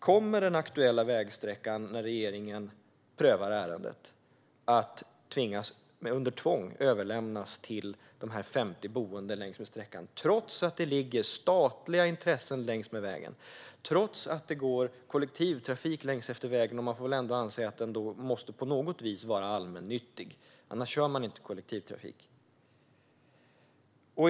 Kommer den aktuella vägsträckan att under tvång överlämnas till de 50 boende längs med sträckan när regeringen prövar ärendet? Kommer detta att ske trots att det ligger statliga intressen längs med vägen och trots att det går kollektivtrafik längs vägen? Man får väl ändå anse att den då på något vis måste vara allmännyttig - annars skulle det inte köras kollektivtrafik.